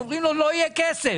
אומרים לו: לא יהיה כסף.